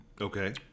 Okay